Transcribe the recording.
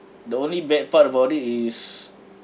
the only bad part about it is